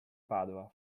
padova